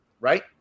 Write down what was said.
right